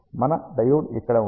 మన డయోడ్ ఇక్కడ ఉంది